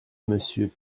monsieur